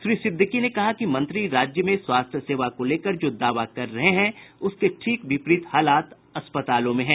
श्री सिद्दिकी ने कहा कि मंत्री राज्य में स्वास्थ्य सेवा को लेकर जो दावा कर रहे है उसके ठीक विपरीत हालात अस्पतालों में है